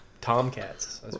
Tomcats